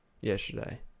yesterday